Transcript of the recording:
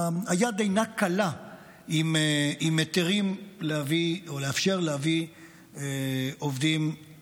היד אינה קלה על היתרים לאפשר להביא מהגרי